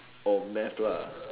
or math lah